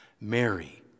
Mary